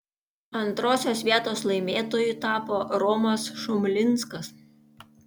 antrosios vietos laimėtoju tapo romas šumlinskas